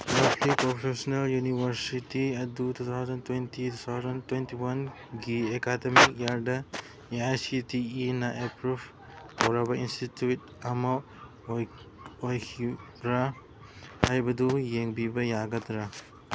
ꯂꯕꯂꯤ professional university ꯑꯗꯨ two thousand twenty twenty ꯋꯥꯟꯒꯤ academic ꯏꯌꯔꯗ ꯑꯦ ꯑꯥꯏ ꯁꯤ ꯇꯤ ꯏꯅ ꯑꯦꯄ꯭ꯔꯨꯞ ꯇꯧꯔꯕ ꯏꯟꯁꯇꯤꯇ꯭ꯌꯨꯠ ꯑꯃ ꯑꯣꯏꯈꯤꯕ꯭ꯔꯥ ꯍꯥꯏꯕꯗꯨ ꯌꯦꯡꯕꯤꯕ ꯌꯥꯒꯗ꯭ꯔꯥ